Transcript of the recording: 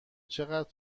چقدر